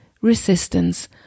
resistance